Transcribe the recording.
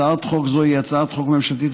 הצעת חוק זו היא הצעת חוק ממשלתית,